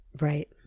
right